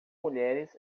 mulheres